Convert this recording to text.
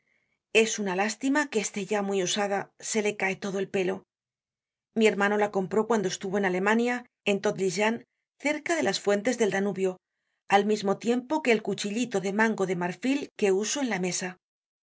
es una lástima que esté ya muy usada se le cae todo el pelo mi hermano la compró cuando estuvo en alemania en tottlingen cerca de las fuentes del danubio al mismo tiempo que el cuchillito de mango de marfil que uso en la mesa la